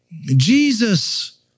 Jesus